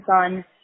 on